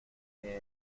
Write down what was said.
que